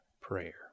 prayer